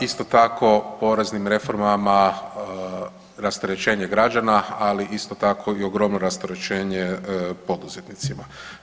Isto tako poreznim reformama rasterećenje građana, ali isto tako i ogromno rasterećenje poduzetnicima.